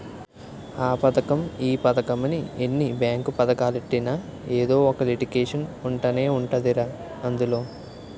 ఆ పదకం ఈ పదకమని ఎన్ని బేంకు పదకాలెట్టినా ఎదో ఒక లిటికేషన్ ఉంటనే ఉంటదిరా అందులో